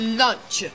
lunch